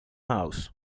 house